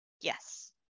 Yes